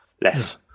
less